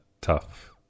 tough